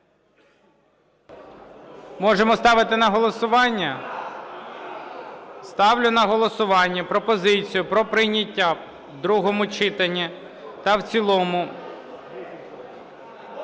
Можемо ставити на голосування? Ставлю на голосування пропозицію про прийняття в другому читанні та в цілому,